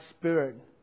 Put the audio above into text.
Spirit